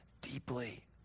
deeply